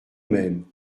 même